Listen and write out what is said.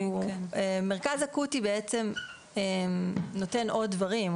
מרכז אקוטי נותן עוד דברים.